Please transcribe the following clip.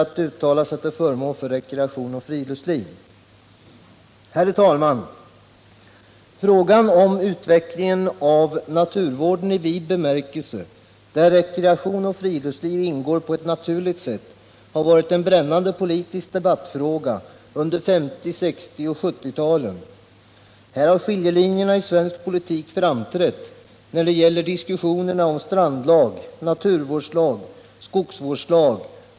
På samma sätt är det i dag en självklar uppgift att gripa itu med problemen när industrialiseringen har sprängt fabriksväggarna och flyttats ut i åker och skog. Detta kräver de i verksamheterna sysselsatta människorna, detta kräver hänsynen till vårt landskap, detta kräver hänsynen till flora och fauna, detta kräver hänsynen till hela vår livsmiljö.